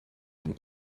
von